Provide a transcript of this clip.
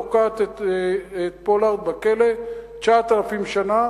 תוקעת את פולארד בכלא 9,000 יום,